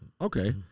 Okay